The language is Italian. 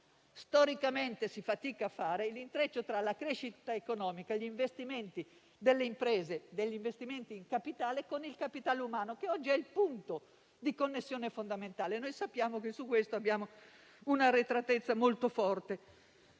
storicamente si fatica a fare - la crescita economica, gli investimenti delle imprese in capitale con il capitale umano, che oggi è il punto di connessione fondamentale. Sappiamo che su questo abbiamo un'arretratezza molto forte.